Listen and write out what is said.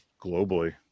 globally